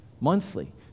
monthly